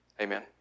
amen